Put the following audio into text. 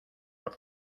por